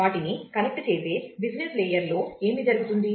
వాటిని కనెక్ట్ చేసే business layer లో ఏమి జరుగుతుంది